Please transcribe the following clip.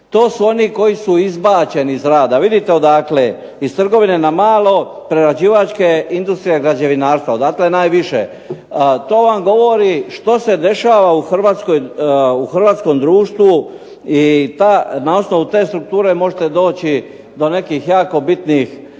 To su oni koji su izbačeni iz rada, vidite odakle. Iz trgovine na malo, prerađivačke industrije, građevinarstva, odatle je najviše. To vam govori što se dešava u hrvatskom društvu i na osnovu te strukture možete doći do nekih jako bitnih